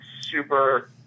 super